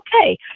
Okay